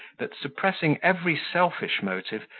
that, suppressing every selfish motive,